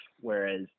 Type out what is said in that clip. whereas